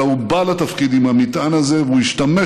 אלא הוא בא לתפקיד עם המטען הזה והוא השתמש